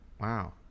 Wow